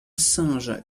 singe